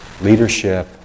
leadership